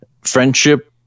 friendship